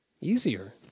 Easier